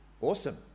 awesome